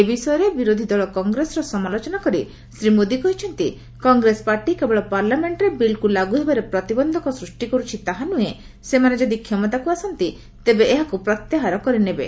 ଏ ବିଷୟରେ ବିରୋଧୀ ଦଳ କଂଗ୍ରେସର ସମାଲୋଚନା କରି ଶ୍ରୀ ମୋଦି କହିଛନ୍ତି କଂଗ୍ରେସ ପାର୍ଟି କେବଳ ପାର୍ଲାମେଣ୍ଟରେ ବିଲ୍କୁ ଲାଗୁ ହେବାରେ ପ୍ରତିବନ୍ଧକ ସୂଷ୍ଟି କରୁଛି ତାହା ନୁହେଁ ସେମାନେ ଯଦି କ୍ଷମତାକୁ ଆସନ୍ତି ତେବେ ଏହାକୁ ପ୍ରତ୍ୟାହାର କରିନେବେ